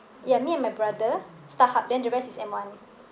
ya me and my brother Starhub then the rest is M one